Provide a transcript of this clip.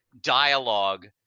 dialogue